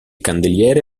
candeliere